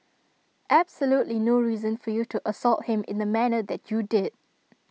absolutely no reason for you to assault him in the manner that you did